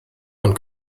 und